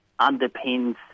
underpins